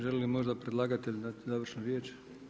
Želi li možda predlagatelj dati završnu riječ?